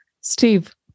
Steve